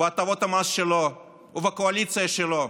בהטבות המס שלו ובקואליציה שלו